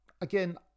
again